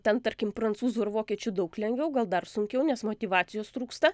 ten tarkim prancūzų ir vokiečių daug lengviau gal dar sunkiau nes motyvacijos trūksta